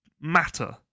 matter